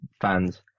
fans